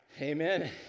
Amen